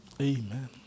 Amen